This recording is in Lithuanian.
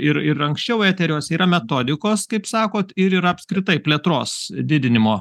ir ir anksčiau eteriuose yra metodikos kaip sakot ir apskritai plėtros didinimo